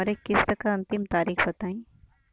हमरे किस्त क अंतिम तारीख बताईं?